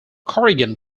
corrigan